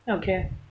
okay